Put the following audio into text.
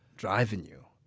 drive in you.